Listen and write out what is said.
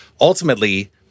ultimately